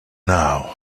now